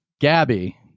Gabby